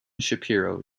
shapiro